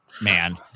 Man